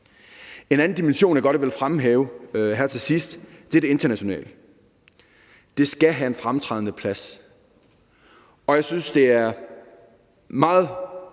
En anden dimension, jeg godt vil fremhæve her til sidst, er det internationale. Det skal have en fremtrædende plads. Jeg synes, at den måde,